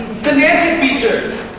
semantic features.